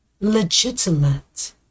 legitimate